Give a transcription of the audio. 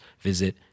visit